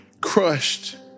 crushed